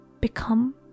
become